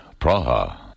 Praha